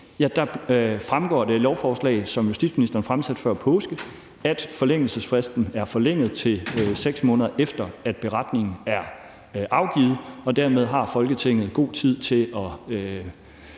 af lovforslaget, som justitsministeren fremsatte før påske, fremgår, at forældelsesfristen er forlænget til 6 måneder, efter at beretningen er afgivet, og at Folketinget dermed har